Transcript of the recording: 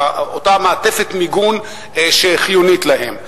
אותה מעטפת מיגון שחיונית להם.